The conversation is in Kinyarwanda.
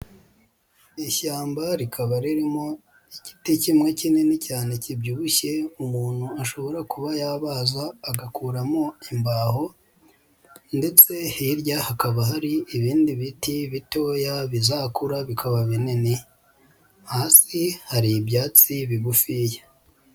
Ishyamba rikaba ririmo igiti kimwe kinini cyane kibyibushye umuntu ashobora kuba yabaza agakuramo imbaho ndetse hirya hakaba hari ibindi biti bitoya bizakura bikaba binini, hasi hari ibyatsi bigufiya.